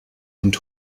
und